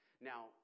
Now